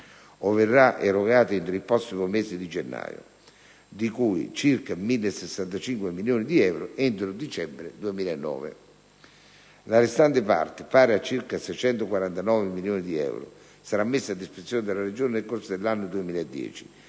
o verrà erogata entro il prossimo mese di gennaio (di cui circa 1.065 milioni di euro entro dicembre 2009). La restante parte, pari a circa 640 milioni di euro, sarà messa a disposizione della Regione nel corso dell'anno 2010,